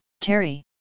Terry